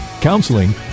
counseling